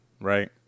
Right